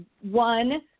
one